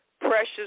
Precious